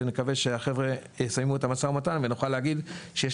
שנקווה שהחבר'ה יסיימו את המו"מ ונוכל להגיד שיש